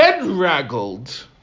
bedraggled